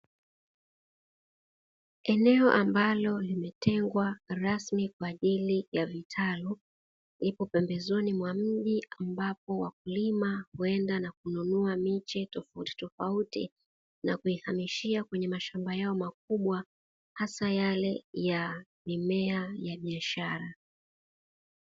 Eneo ambalo limetengwa rasmi kwa ajili ya vitalu, lipo pembezoni mwa mji ambapo wakulima huenda na kununua miche tofautitofauti na kuihamishia kwenye mashamba yao makubwa haswa yale ya mimea ya biashara.